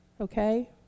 Okay